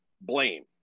blame